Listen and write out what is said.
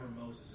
Moses